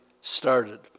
started